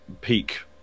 peak